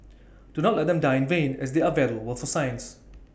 do not let them die in vain as they are valuable for science